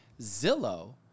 Zillow